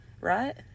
right